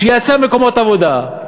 שייצר מקומות עבודה,